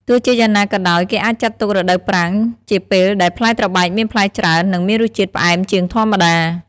ទោះជាយ៉ាងណាក៏ដោយ គេអាចចាត់ទុក រដូវប្រាំង ជាពេលដែលផ្លែត្របែកមានផ្លែច្រើន និងមានរសជាតិផ្អែមជាងធម្មតា។